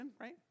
right